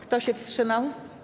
Kto się wstrzymał?